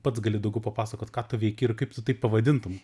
pats gali daugiau papasakot ką tu veiki ir kaip tu tai pavadintum